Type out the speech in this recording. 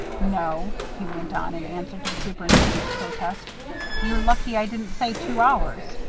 no he went on in answer to the superintendent's protest you're lucky i didn't say two hours.